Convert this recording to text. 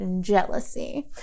jealousy